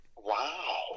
wow